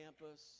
campus